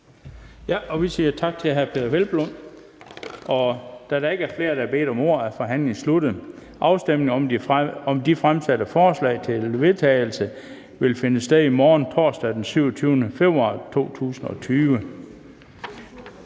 Vi siger tak til hr. Peder Hvelplund. Da der ikke er flere, der har bedt om ordet, er forhandlingen sluttet. Afstemningen om de fremsatte forslag til vedtagelse vil finde sted i morgen, torsdag den 27. februar 2020.